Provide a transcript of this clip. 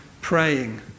praying